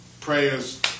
prayers